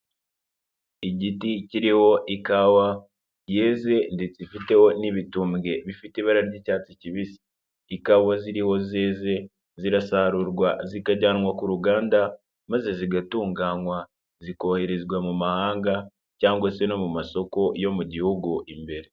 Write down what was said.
Igiti kiriho ikawa yeze ndetse ifiteho n'ibitumbwe bifite ibara ry'icyatsi kibisi, ikaba ziriho zeze zirasarurwa zikajyanwa ku ruganda maze zigatunganywa, zikoherezwa mu mahanga cyangwa se no mu masoko yo mu Gihugu imbere.